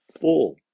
full